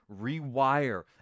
rewire